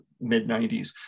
mid-90s